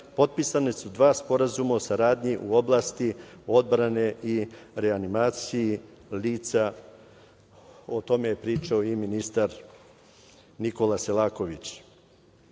potpisana su dva sporazuma o saradnji u oblasti odbrane i reanimacije lica, o tome je pričao i ministar Nikola Selaković. Ja